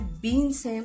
beans